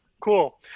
cool